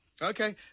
Okay